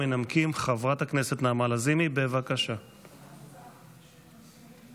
למרות שכולנו